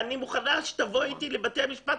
אני מוכנה שתבואי אתי לבתי המשפט.